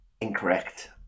Incorrect